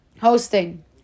hosting